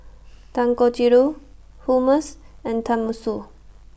Dangojiru Hummus and Tenmusu